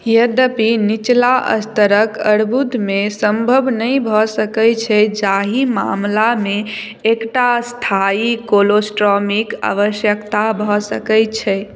यद्यपि निचला स्तरक अर्बुदमे ई सम्भव नहि भऽ सकैत छैक जाहि मामलामे एकटा स्थायी कोलोस्टॉमीक आवश्यकता भऽ सकैत छैक